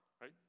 Right